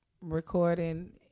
recording